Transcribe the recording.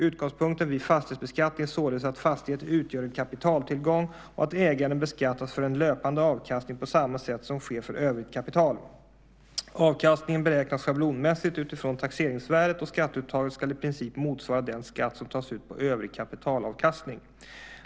Utgångspunkten vid fastighetsbeskattningen är således att fastigheter utgör en kapitaltillgång och att ägaren beskattas för en löpande avkastning på samma sätt som sker för övrigt kapital. Avkastningen beräknas schablonmässigt utifrån taxeringsvärdet, och skatteuttaget ska i princip motsvara den skatt som tas ut på övrig kapitalavkastning.